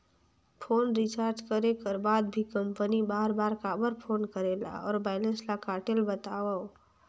Phone recharge करे कर बाद भी कंपनी बार बार काबर फोन करेला और बैलेंस ल काटेल बतावव?